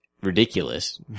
ridiculous